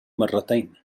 مرتين